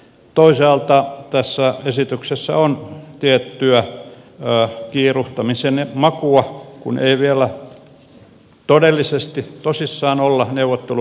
toisaalta tässä esityksessä on tiettyä kiiruhtamisen makua kun ei vielä todellisesti tosissaan olla neuvottelupöydässä